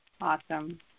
Awesome